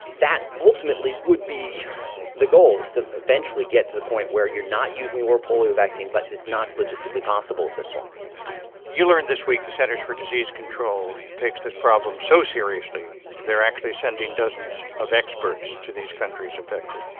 that ultimately would be the goal is to eventually get to the point where you're not using the oral polio vaccine. but it's not logistically possible at this point you learned this week the centers for disease control takes this problem so seriously they're actually sending dozens of experts to these countries affected.